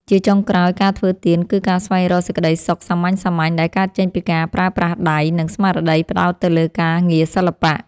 ជាចុងក្រោយ ការធ្វើទៀនគឺជាការស្វែងរកសេចក្ដីសុខសាមញ្ញៗដែលកើតចេញពីការប្រើប្រាស់ដៃ និងស្មារតីផ្ដោតទៅលើការងារសិល្បៈ។